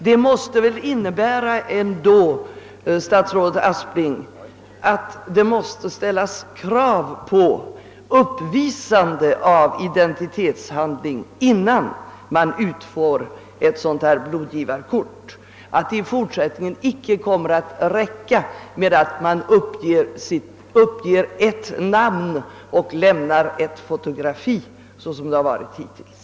Det måste väl ändå, statsrådet Aspling, innebära att det ställs krav på uppvisandet av identitetshandling innan blodgivarkort utfärdas och att det i fortsättningen inte kommer att räcka med att man uppger ett namn och lämnar ett fotografi, såsom det har varit hittills?